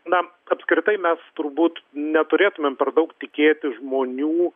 na apskritai mes turbūt neturėtumėm per daug tikėtis žmonių